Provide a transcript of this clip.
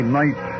night